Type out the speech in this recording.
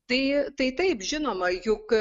tai tai taip žinoma juk